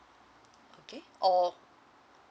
okay or